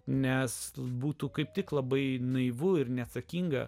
nes tai būtų kaip tik labai naivu ir neatsakinga